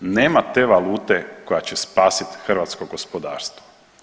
Nema te valute koja će spasiti hrvatsko gospodarstvo.